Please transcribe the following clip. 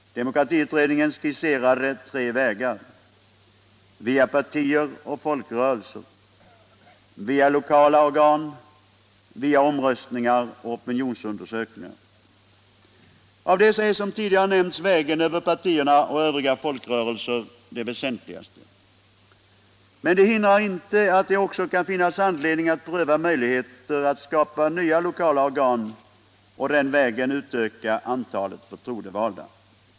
Demokratiutredningen skisserade tre vägar: via partier och folkrörelser, via lokala organ, via omröstningar och opinionsundersökningar. Av dessa är, som tidigare nämnts, vägen över partierna och övriga folkrörelser den väsentligaste. Men det hindrar inte att det också kan finnas anledning att pröva möjligheter att skapa nya lokala organ och den vägen utöka antalet förtroendevalda.